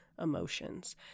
emotions